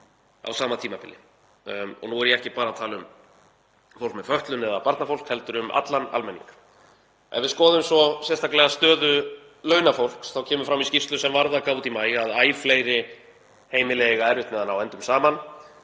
á sama tímabili og nú er ég ekki bara að tala um fólk með fötlun eða barnafólk heldur um allan almenning. Ef við skoðum svo sérstaklega stöðu launafólks þá kemur fram í skýrslu sem Varða gaf út í maí að æ fleiri heimili eiga erfitt með að ná endum saman